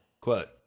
Quote